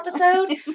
episode